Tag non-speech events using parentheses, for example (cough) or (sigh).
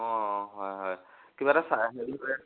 অঁ হয় হয় কিবা এটা চাই (unintelligible)